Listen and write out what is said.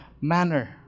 manner